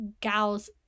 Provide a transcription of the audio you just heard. gals